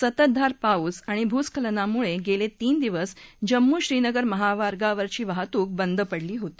संततधार पाऊस आणि भूस्खलनामुळगिर्वातीन दिवस जम्मू श्रीनगर महामार्गावरची वाहतूक बंद पडली होती